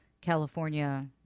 California